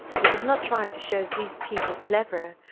he does not try to show these people cleverer,